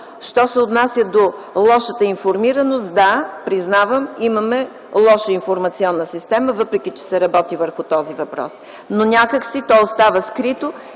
Що се отнася до лошата информираност, да, признавам, имаме лоша информационна система, въпреки че се работи върху този въпрос. Но някак си той остава скрито